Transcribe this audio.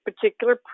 particular